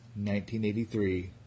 1983